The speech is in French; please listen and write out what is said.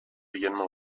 également